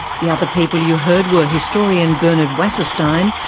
the other people you heard were historian bernard wasserstein,